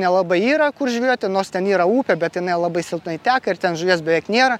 nelabai yra kur žvejoti nors ten yra upė bet jinai labai silpnai teka ir ten žuvies beveik nėra